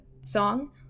song